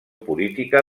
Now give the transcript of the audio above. política